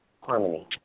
harmony